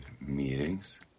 meetings